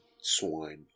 swine